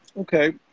Okay